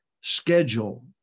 schedule